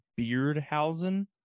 Beardhausen